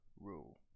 rule